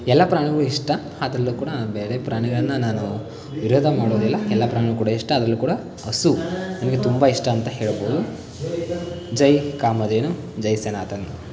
ಎಲ್ಲ ಪ್ರಾಣಿಗಳು ಇಷ್ಟ ಅದರಲ್ಲೂ ಕೂಡ ಬೇರೆ ಪ್ರಾಣಿಗಳನ್ನು ನಾನು ವಿರೋಧ ಮಾಡೋದಿಲ್ಲ ಎಲ್ಲ ಪ್ರಾಣಿಗಳು ಕೂಡ ಇಷ್ಟ ಅದರಲ್ಲೂ ಕೂಡ ಹಸು ನನಗೆ ತುಂಬ ಇಷ್ಟ ಅಂತ ಹೇಳ್ಬೋದು ಜೈ ಕಾಮಧೇನು ಜೈ ಸನಾತನ್